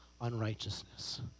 unrighteousness